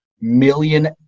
million